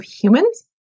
humans